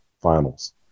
finals